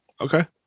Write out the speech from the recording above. okay